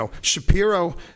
Shapiro-